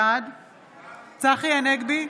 בעד צחי הנגבי,